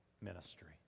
ministry